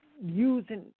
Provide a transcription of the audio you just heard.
using